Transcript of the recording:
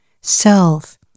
self